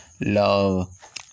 love